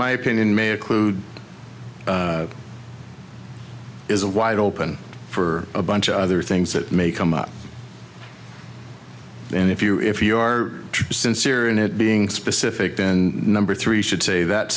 my opinion may occlude is a wide open for a bunch of other things that may come up and if you if you are sincere in it being specific then number three should say that